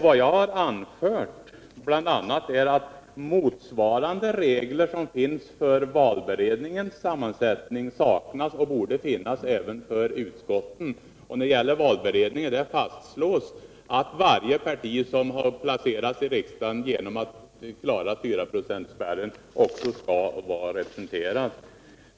Vad jag sagt är bl.a. att motsvarande regler som finns för valberedningens sammansättning borde finnas även för utskotten. Men det gör det inte nu. Och för valberedningen är det fastslaget att varje parti som placerats i riksdagen genom att klara 4 procentsspärren också skall vara representerat.